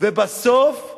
ובסוף,